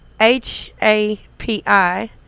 H-A-P-I